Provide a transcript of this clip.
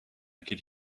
could